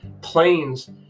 planes